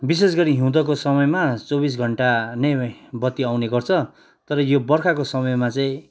बिशेष गरी हिउँदोको समयमा चौबिस घन्टा नै बत्ती आउने गर्छ तर यो बर्खाको समयमा चाहिँ